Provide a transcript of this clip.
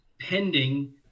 pending